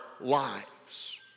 lives